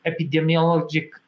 epidemiologic